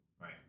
Right